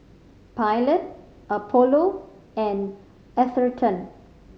Pilot Apollo and Atherton